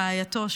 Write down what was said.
רעייתו,